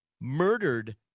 murdered